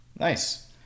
Nice